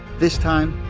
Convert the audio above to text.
this time,